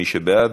מי שבעד,